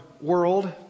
world